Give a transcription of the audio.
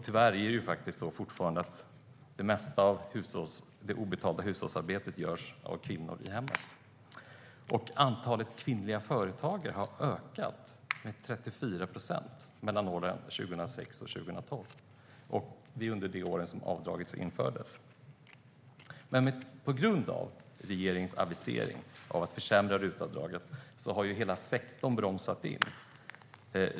Tyvärr är det fortfarande så att det mesta av det obetalda hushållsarbetet i hemmet görs av kvinnor. Antalet kvinnliga företagare ökade med 34 procent mellan 2006 och 2012. Under denna tid infördes avdraget. Men på grund av regeringens aviserade försämring av RUT-avdraget har hela sektorn bromsat in.